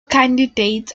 candidates